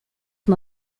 son